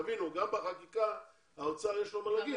תבינו, גם בחקיקה לאוצר יש מה לומר.